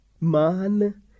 Man